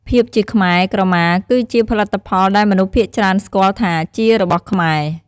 ភាពជាខ្មែរ ក្រមាគឺជាផលិតផលដែលមនុស្សភាគច្រើនស្គាល់ថាជា "របស់ខ្មែរ"។